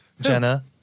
Jenna